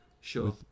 Sure